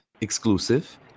exclusive